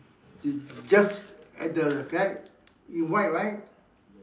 it's just at the guy in white right